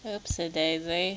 !oops! a daisy